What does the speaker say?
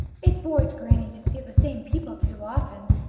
it bores granny to see the same people too often.